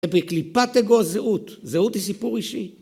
בקליפת אגוז זהות, זהות היא סיפור אישי.